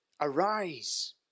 arise